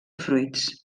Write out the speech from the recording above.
fruits